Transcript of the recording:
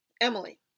Emily